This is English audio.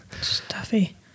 Stuffy